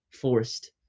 forced